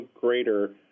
greater